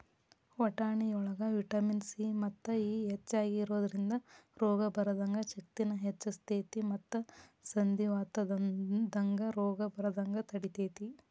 ವಟಾಣಿಯೊಳಗ vitamin C ಮತ್ತು E ಹೆಚ್ಚಾಗಿ ಇರೋದ್ರಿಂದ ರೋಗ ಬರದಂಗ ಶಕ್ತಿನ ಹೆಚ್ಚಸ್ತೇತಿ ಮತ್ತ ಸಂಧಿವಾತದಂತ ರೋಗ ಬರದಂಗ ತಡಿತೇತಿ